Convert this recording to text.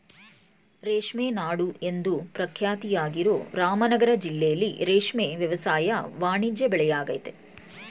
ರೇಷ್ಮೆ ನಾಡು ಎಂದು ಪ್ರಖ್ಯಾತಿಯಾಗಿರೋ ರಾಮನಗರ ಜಿಲ್ಲೆಲಿ ರೇಷ್ಮೆ ವ್ಯವಸಾಯ ವಾಣಿಜ್ಯ ಬೆಳೆಯಾಗಯ್ತೆ